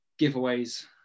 giveaways